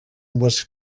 was